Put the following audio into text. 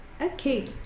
Okay